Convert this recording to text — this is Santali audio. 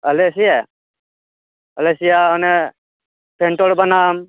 ᱟᱞᱮᱥᱮᱭᱟᱜ ᱟᱞᱮᱥᱮᱭᱟᱜ ᱚᱱᱟ ᱯᱮᱱᱴᱚᱲ ᱵᱟᱱᱟᱢ